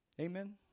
Amen